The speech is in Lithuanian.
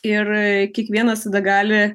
ir kiekvienas tada gali